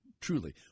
truly